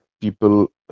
people